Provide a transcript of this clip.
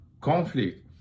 conflict